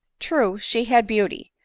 true, she had beauty,